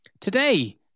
Today